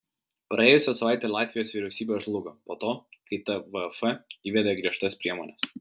praėjusią savaitę latvijos vyriausybė žlugo po to kai tvf įvedė griežtas priemones